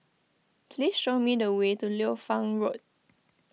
please show me the way to Liu Fang Road